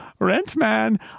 Rentman